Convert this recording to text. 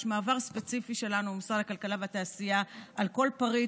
יש מעבר ספציפי שלנו במשרד הכלכלה והתעשייה על כל פריט